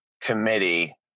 committee